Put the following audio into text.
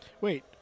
Wait